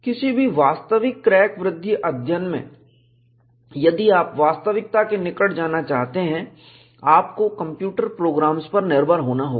किसी भी वास्तविक क्रैक वृद्धि अध्ययन में यदि आप वास्तविकता के निकट जाना चाहते हैं आपको कंप्यूटर प्रोग्राम्स पर निर्भर होना होगा